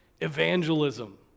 evangelism